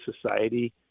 society